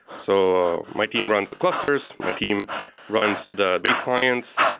so my team runs the clusters. my team runs the base clients,